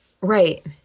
Right